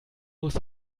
muss